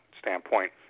standpoint